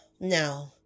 No